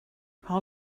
how